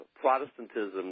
Protestantism